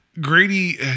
Grady